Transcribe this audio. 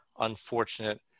unfortunate